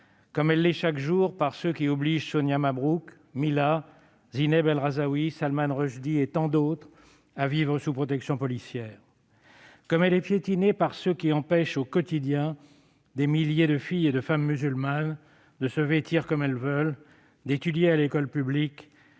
comme elle l'est chaque jour par ceux qui obligent Sonia Mabrouk, Mila, Zineb El Rhazoui, Salman Rushdie et tant d'autres à vivre sous protection policière. Comme elle est piétinée par ceux qui empêchent au quotidien des milliers de filles et de femmes musulmanes de se vêtir comme elles veulent, d'étudier à l'école publique